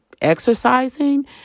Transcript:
exercising